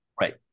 right